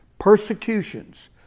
persecutions